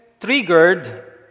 triggered